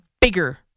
bigger